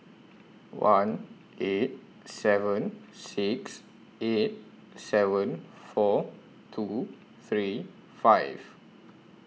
one eight seven six eight seven four two three five